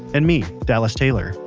and me dallas taylor,